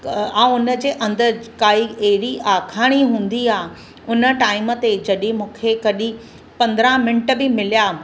ऐं उन जे अंदरु काई अहिड़ी आखाणी हूंदी आहे हुन टाइम ते जॾहिं मूंखे कॾहिं पंद्रहं मिंट बि मिलिया